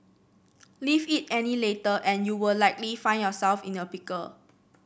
leave it any later and you will likely find yourself in a pickle